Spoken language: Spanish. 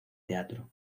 teatro